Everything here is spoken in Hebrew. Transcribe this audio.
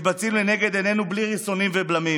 שמתבצעים לנגד עינינו בלי ריסונים ובלמים.